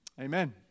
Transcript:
Amen